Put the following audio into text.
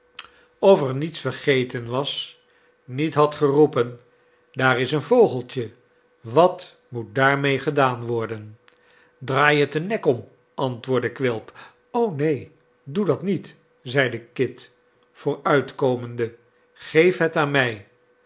of er niets vergeten was niet had geroepen daar is een vogeltje wat moet daarmede gedaan worden draai het den nek om antwoordde quilp neen doe dat niet zeide kit vooruitkomende geef het aan mij